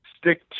stick